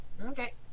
Okay